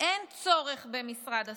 אין צורך במשרד הסברה,